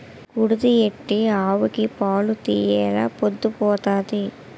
కుడితి ఎట్టు ఆవుకి పాలు తీయెలా పొద్దు పోతంది